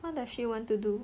what does she want to do